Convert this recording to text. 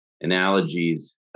analogies